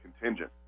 contingent